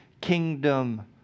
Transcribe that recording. kingdom